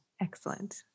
Excellent